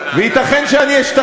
ואללה,